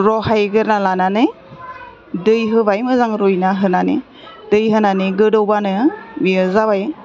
रहायग्रोना लानानै दै होबाय मोजां रुइना होनानै दै होनानै गोदौबानो बियो जाबाय